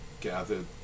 gathered